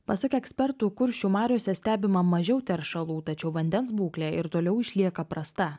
pasak ekspertų kuršių mariose stebima mažiau teršalų tačiau vandens būklė ir toliau išlieka prasta